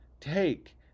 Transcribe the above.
take